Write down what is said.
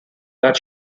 that